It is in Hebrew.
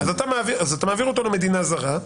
אז אתה מעביר אותו למדינה זרה,